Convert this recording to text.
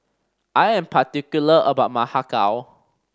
I am particular about my Har Kow